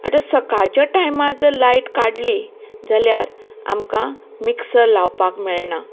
आतां सकाळच्या टायमार जर लायट काडली जाल्यार आमकां मिक्सर लावपाक मेळना